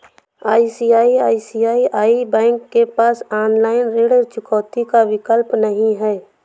क्या ICICI bank के पास ऑनलाइन ऋण चुकौती का विकल्प नहीं है?